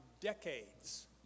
decades